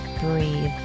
breathe